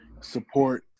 support